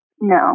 No